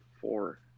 four